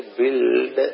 build